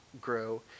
grow